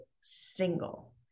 single